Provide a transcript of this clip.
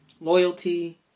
loyalty